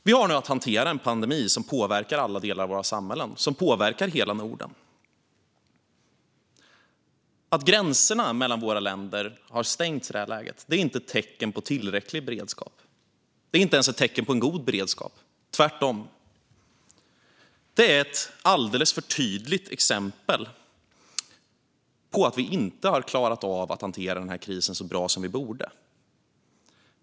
Vi har nu att hantera en pandemi som påverkar alla delar av våra samhällen och påverkar hela Norden. Att gränserna mellan våra länder i det här läget har stängts är inte ett tecken på tillräcklig beredskap. Det är inte ens ett tecken på god beredskap - tvärtom. Det är i stället ett alldeles för tydligt exempel på att vi inte har klarat av att hantera den här krisen så bra som vi borde.